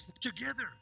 together